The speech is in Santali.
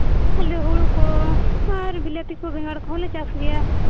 ᱟᱞᱮ ᱦᱩᱲᱩ ᱠᱚ ᱟᱨ ᱵᱤᱞᱟᱹᱛᱤ ᱠᱚ ᱵᱮᱸᱜᱟᱲ ᱠᱚᱦᱚᱸ ᱞᱮ ᱪᱟᱥ ᱜᱮᱭᱟ